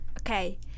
okay